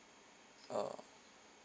oh